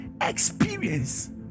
Experience